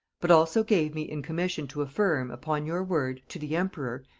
but also gave me in commission to affirm, upon your word, to the emperor,